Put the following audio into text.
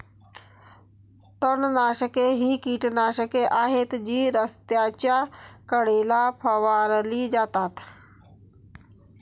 तणनाशके ही कीटकनाशके आहेत जी रस्त्याच्या कडेला फवारली जातात